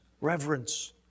reverence